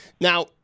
Now